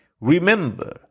Remember